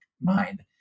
mind